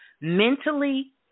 mentally